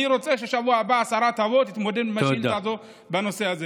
אני רוצה שבשבוע הבא השרה תבוא ותתמודד עם השאילתה הזו בנושא הזה.